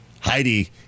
Heidi